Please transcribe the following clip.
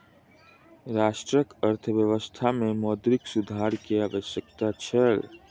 राष्ट्रक अर्थव्यवस्था में मौद्रिक सुधार के आवश्यकता छल